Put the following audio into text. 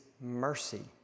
mercy